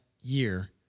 year